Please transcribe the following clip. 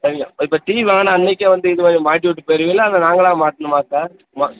சரிங்க இப்போ டிவி வாங்கினா அன்றைக்கே வந்து இது பண்ணி மாட்டிவிட்டுப் போய்விடுவீங்களா இல்லை நாங்களாக மாட்டணுமா சார் மா